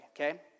okay